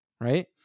Right